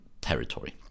territory